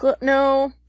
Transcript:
No